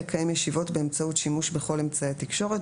לקיים ישיבות באמצעות שימוש בכל אמצעי תקשורת,